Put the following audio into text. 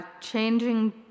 Changing